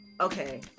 Okay